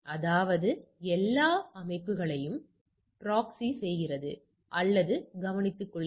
அதாவது இது எல்லா அமைப்புகளையும் ப்ராக்ஸி செய்கிறது அல்லது கவனித்துக்கொள்கிறது